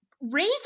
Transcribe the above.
raise